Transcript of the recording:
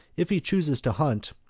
if he chooses to hunt,